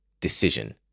decision